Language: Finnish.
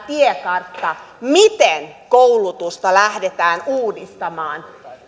tiekartan miten koulutusta lähdetään uudistamaan